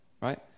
right